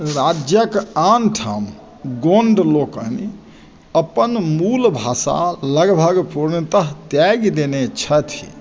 राज्यके आनठाम गोण्ड लोकनि अपन मूल भाषा लगभग पूर्णतः त्यागि देने छथि